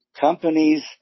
companies